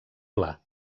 pla